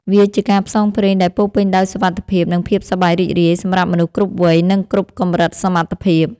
វាជាការផ្សងព្រេងដែលពោរពេញដោយសុវត្ថិភាព និងភាពសប្បាយរីករាយ សម្រាប់មនុស្សគ្រប់វ័យ និងគ្រប់កម្រិតសមត្ថភាព។